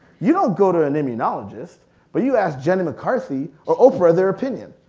you don't go to an immunologists but you ask jenny mccarthy or oprah their opinion.